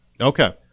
Okay